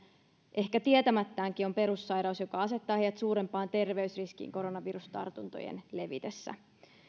ehkä tietämättäänkin on perussairaus joka asettaa heidät suurempaan terveysriskiin koronavirustartuntojen levitessä